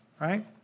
right